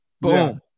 Boom